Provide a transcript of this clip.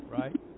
right